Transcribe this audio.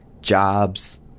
jobs